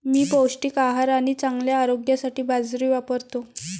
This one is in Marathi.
मी पौष्टिक आहार आणि चांगल्या आरोग्यासाठी बाजरी वापरतो